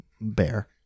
Bear